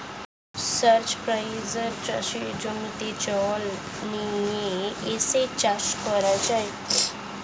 সেচ প্রক্রিয়ায় চাষের জমিতে জল নিয়ে এসে চাষ করা যায়